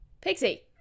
pixie